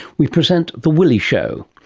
we present the willy show.